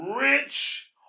rich